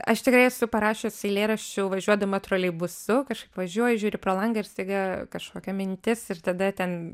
aš tikrai esu parašius eilėraščių važiuodama troleibusu kažkaip važiuoji žiūri pro langą ir staiga kažkokia mintis ir tada ten